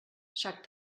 sac